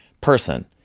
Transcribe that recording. person